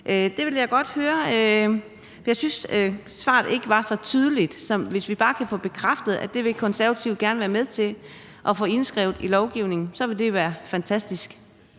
klippekortordningen. Jeg synes, at svaret ikke var så tydeligt. Så hvis vi bare kan få bekræftet, at De Konservative gerne vil være med til at få det indskrevet i lovgivningen, ville det være fantastisk.